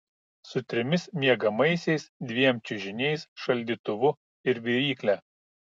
su trimis miegamaisiais dviem čiužiniais šaldytuvu ir virykle